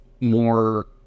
More